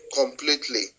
completely